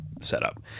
setup